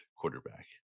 quarterback